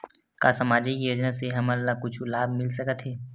का सामाजिक योजना से हमन ला कुछु लाभ मिल सकत हे?